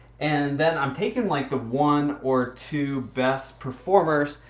and then i'm taking like the one or two best performers,